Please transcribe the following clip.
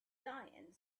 dying